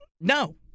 No